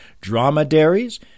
dromedaries